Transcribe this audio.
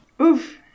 Oof